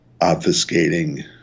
obfuscating